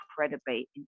incredibly